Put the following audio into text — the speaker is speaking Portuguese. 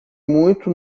muito